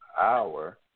hour